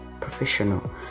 professional